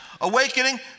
awakening